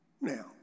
Now